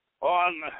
on